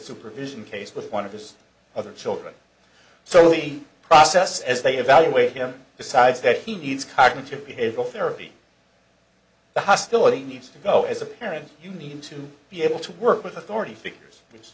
supervision case with one of the other children so eat process as they evaluate him decides that he needs cognitive behavioral therapy the hostility needs to go as a parent you need to be able to work with authority figures which